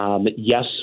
Yes